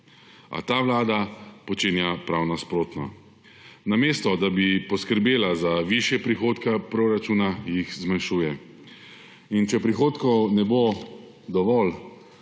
A ta vlada počenja prav nasprotno. Namestoda bi poskrbela za višje prihodke proračuna, jih zmanjšuje. Če prihodkov ne bo dovolj,